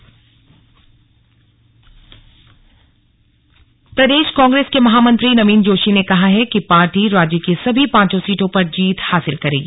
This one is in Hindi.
कांग्रेस बयान प्रदेश कांग्रेस के महामंत्री नवीन जोशी ने कहा है पार्टी राज्य की सभी पांचों सीटों पर जीत हासिल करेगी